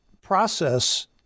process